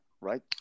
right